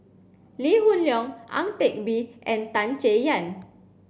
Lee Hoon Leong Ang Teck Bee and Tan Chay Yan